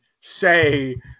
say